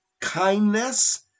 kindness